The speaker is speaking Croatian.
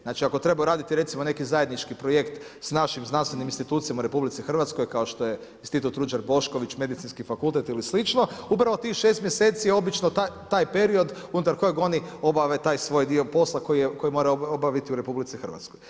Znači ako trebaju raditi neki zajednički projekt s našim znanstvenim institucijama u RH kao što je Institut Ruđer Bošković, Medicinski fakultet ili sl., upravo tih 6 mjeseci je obično taj period unutar kojeg oni obave taj svoj dio posla koji moraju obaviti u RH.